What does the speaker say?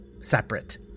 separate